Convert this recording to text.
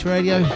Radio